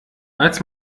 als